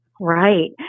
Right